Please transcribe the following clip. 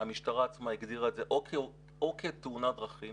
המשטרה עצמה הגדירה את זה או כתאונת דרכים,